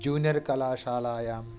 junior कलाशालायां